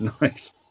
Nice